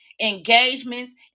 engagements